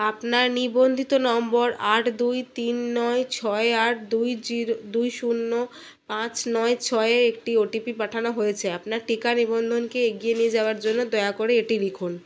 আপনার নিবন্ধিত নম্বর আট দুই তিন নয় ছয় আট দুই জিরো দুই শূন্য পাঁচ নয় ছয়ে একটি ওটিপি পাঠানো হয়েছে আপনার টিকা নিবন্ধনকে এগিয়ে নিয়ে যাওয়ার জন্য দয়া করে এটি লিখুন